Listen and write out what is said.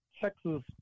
Texas